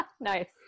Nice